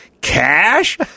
Cash